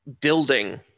building